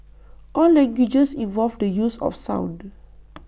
all languages involve the use of sound